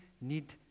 need